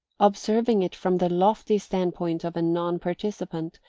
observing it from the lofty stand-point of a non-participant,